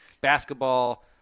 Basketball